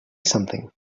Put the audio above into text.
something